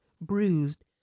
bruised